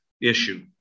issue